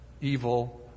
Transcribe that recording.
evil